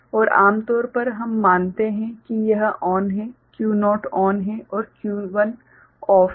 और आमतौर पर हम मानते हैं कि यह ON है Q0 ON है और Q1 OFF है